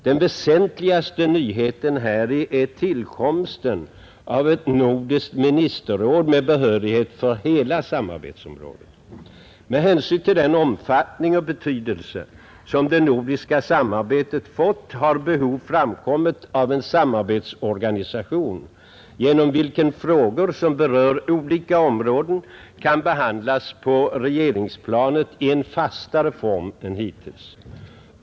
Den väsentligaste nyheten häri är tillkomsten av ett nordiskt ministerråd med behörighet för hela samarbetsområdet. Med hänsyn till den omfattning och betydelse som det nordiska samarbetet fått har behov framkommit av en samarbetsorganisation genom vilken frågor som berör olika områden kan behandlas på regeringsplanet i en fastare form än hittills.